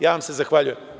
Ja vam se zahvaljujem.